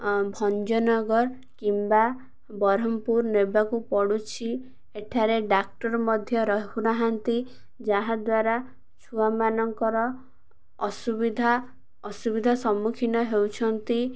ଭଞ୍ଜନଗର କିମ୍ବା ବ୍ରହ୍ମପୁର ନେବାକୁ ପଡ଼ୁଛି ଏଠାରେ ଡକ୍ଟର ମଧ୍ୟ ରହୁନାହାନ୍ତି ଯାହାଦ୍ୱାରା ଛୁଆମାନଙ୍କର ଅସୁବିଧା ଅସୁବିଧା ସମ୍ମୁଖୀନ ହେଉଛନ୍ତି